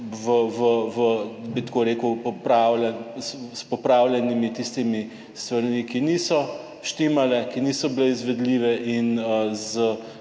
s popravljenimi tistimi stvarmi, ki niso štimale, ki niso bile izvedljive in z,